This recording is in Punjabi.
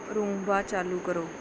ਰੂਮਬਾ ਚਾਲੂ ਕਰੋ